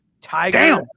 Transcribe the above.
Tiger